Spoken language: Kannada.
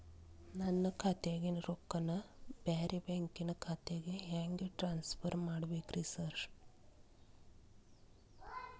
ನನ್ನ ಖಾತ್ಯಾಗಿನ ರೊಕ್ಕಾನ ಬ್ಯಾರೆ ಬ್ಯಾಂಕಿನ ಖಾತೆಗೆ ಹೆಂಗ್ ಟ್ರಾನ್ಸ್ ಪರ್ ಮಾಡ್ಬೇಕ್ರಿ ಸಾರ್?